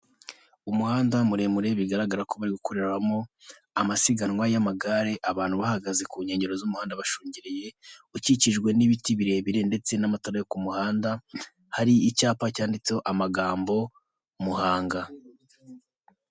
Umuhanda muremure bigaragara ko bari gukoreramo amasiganwa y'amagare abantu bahagaze ku nkengero z'umuhanda bashungereye, ukikijwe n'ibiti birebire ndetse n'amatara yo ku muhanda hari icyapa cyanditseho amagambo Muhanga.